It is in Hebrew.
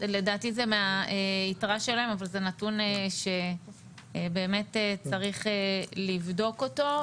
לדעתי זה מהיתרה שלהם אבל זה נתון שבאמת צריך לבדוק אותו.